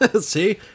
See